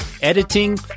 editing